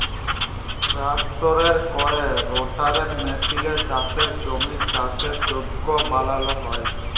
ট্রাক্টরে ক্যরে রোটাটার মেসিলে চাষের জমির চাষের যগ্য বালাল হ্যয়